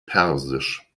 persisch